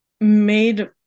made